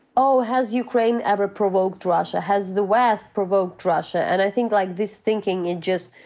oh, has ukraine ever provoked russia? has the west provoked russia? and i think, like, this thinking, it just,